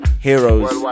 Heroes